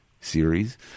series